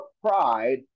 pride